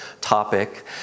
topic